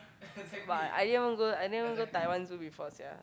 but I I didn't even go I didn't even go Taiwan zoo before sia